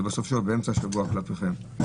באמצע השבוע, כלפיכם.